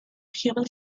human